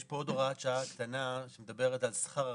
יש פה עוד הוראת שעה קטנה שמדברת על שכר הרכזות.